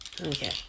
Okay